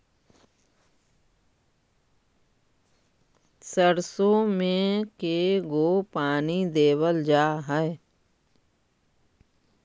सरसों में के गो पानी देबल जा है?